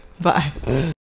Bye